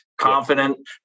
confident